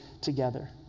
together